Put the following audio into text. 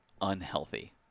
unhealthy